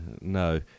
no